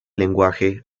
lenguaje